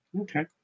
Okay